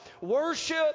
Worship